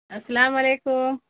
السلام علیکم